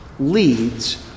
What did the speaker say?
leads